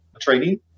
training